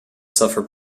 suffer